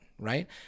Right